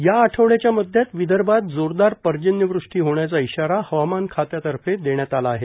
या आठवड्याच्या मध्यात विदर्भात जोरदार पर्जन्यवृष्टी होण्याचा इशारा हवामान खात्यातर्फे देण्यात आला आहे